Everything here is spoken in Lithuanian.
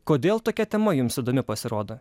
kodėl tokia tema jums įdomi pasirodo